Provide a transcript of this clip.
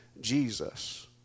Jesus